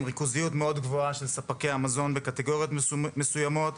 ריכוזיות מאוד גבוהה של ספקי המזון בקטגוריות מסוימות.